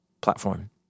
platform